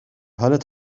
حالت